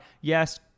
yes